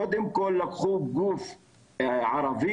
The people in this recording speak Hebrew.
קודם כל לקחו גוף ערבי,